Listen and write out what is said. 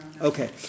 okay